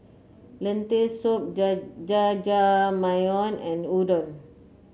Lentil Soup Ja Jajangmyeon and Udon